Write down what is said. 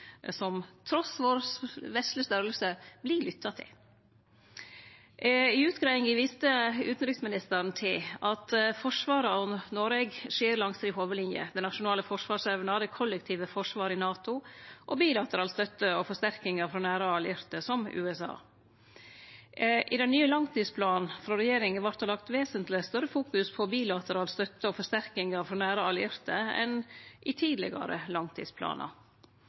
som trass i vår vesle størrelse, vert lytta til. I utgreiinga viste utanriksministeren til at forsvaret av Noreg skjer langs ei hovudlinje – den nasjonale forsvarsevna, det kollektive forsvaret i NATO og bilateral støtte og forsterkingar frå nære allierte som USA. I den nye langtidsplanen frå regjeringa vart det lagt vesentleg større fokus på bilateral støtte og forsterkingar frå nære allierte enn i tidlegare langtidsplanar.